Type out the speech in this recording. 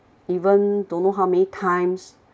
even don't know how many times